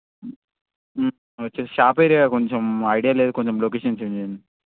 వచ్చి షాప్ ఎక్కడ కొంచం ఐడియా లేదు కొంచెం లోకేషన్ సెండ్ చేయండి